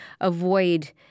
avoid